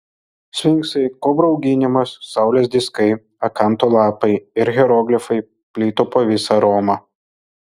sfinksai kobrų auginimas saulės diskai akanto lapai ir hieroglifai plito po visą romą